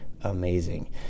amazing